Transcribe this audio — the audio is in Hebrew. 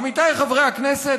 עמיתיי חברי הכנסת,